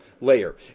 layer